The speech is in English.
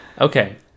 Okay